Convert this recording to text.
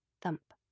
Thump